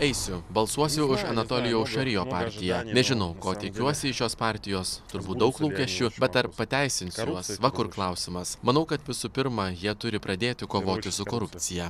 eisiu balsuosiu už anatolijaus šarijo partiją nežinau ko tikiuosi iš šios partijos turbūt daug lūkesčių bet ar pateisins juos va kur klausimas manau kad visų pirma jie turi pradėti kovoti su korupcija